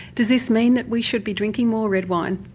does this mean that we should be drinking more red wine?